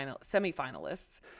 semi-finalists